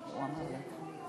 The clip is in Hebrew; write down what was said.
יש לך שלוש